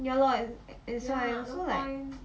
ya lor that's why so like